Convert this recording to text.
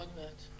עוד מעט.